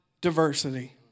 diversity